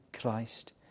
Christ